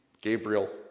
Gabriel